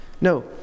No